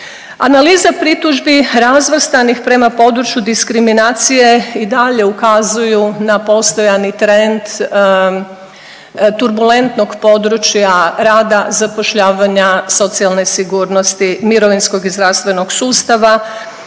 Analize pritužbi razvrstanih prema području diskriminacije i dalje ukazuju na postojani trend turbulentnog područja rada, zapošljavanja, socijalne sigurnosti, mirovinskog i zdravstvenog sustava